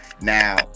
Now